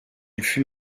fut